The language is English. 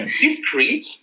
Discreet